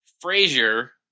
Frazier